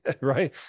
right